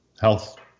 health